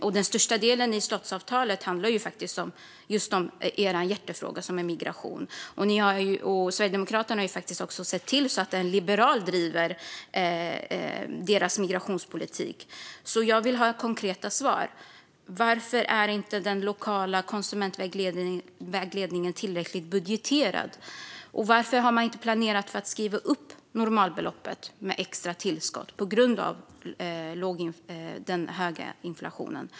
Och den största delen i slottsavtalet handlar faktiskt om just er hjärtefråga, som är migration. Sverigedemokraterna har faktiskt också sett till att en liberal driver deras migrationspolitik. Jag vill därför ha konkreta svar. Varför är den lokala konsumentvägledningen inte tillräckligt budgeterad? Varför har man inte planerat för att skriva upp normalbeloppet med extra tillskott på grund av den höga inflationen?